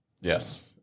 Yes